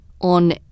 on